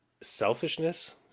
selfishness